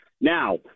Now